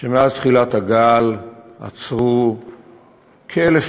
שמאז תחילת הגל עצרו כ-1,100